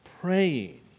praying